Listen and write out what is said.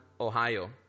Ohio